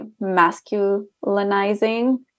masculinizing